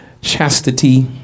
chastity